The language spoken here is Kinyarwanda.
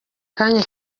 kanya